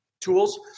tools